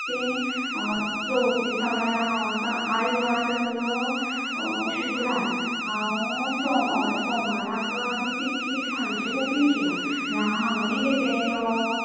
हांव तें चौथे दिसां आयज वार जालो शुक्रार हांव सोमार हय सोमारांक तिकीट हांवें सांजे बुकिंग केला हांगा न्ही गें तो